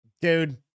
Dude